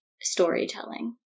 storytelling